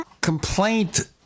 complaint